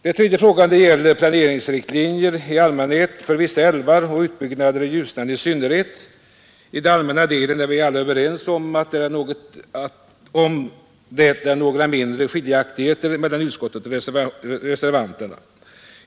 Den tredje frågan gäller planeringsriktlinjer i allmänhet för vissa älvar och utbyggnaden av Ljusnan i synnerhet. I den allmänna delen är vi väl alla överens, även om det är några mindre skiljaktigheter mellan utskottet och reservanter.